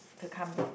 the com~